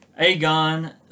Aegon